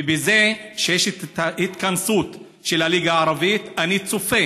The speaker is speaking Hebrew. בזה שיש התכנסות של הליגה הערבית, אני צופה